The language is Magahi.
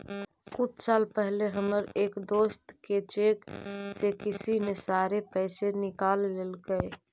कुछ साल पहले हमर एक दोस्त के चेक से किसी ने सारे पैसे निकाल लेलकइ